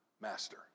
master